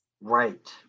Right